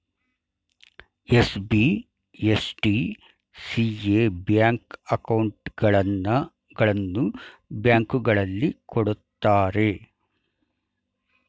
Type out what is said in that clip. SB, F D, C A bank ಅಕೌಂಟ್ಗಳನ್ನು ಬ್ಯಾಂಕ್ಗಳಲ್ಲಿ ಕೊಡುತ್ತಾರೆ